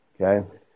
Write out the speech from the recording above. okay